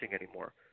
anymore